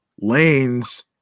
lane's